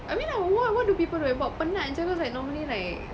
I mean like why why do people do it buat penat jer cause like normally like